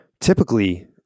Typically